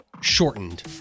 shortened